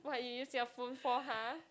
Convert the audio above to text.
what you use your phone for [huh]